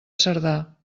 cerdà